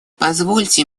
позвольте